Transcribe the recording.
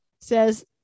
says